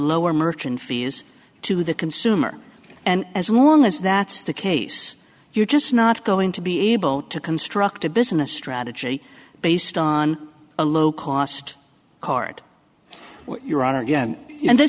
lower merchant fees to the consumer and as long as that's the case you're just not going to be able to construct a business strategy based on a low cost card you're on again and th